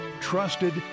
Trusted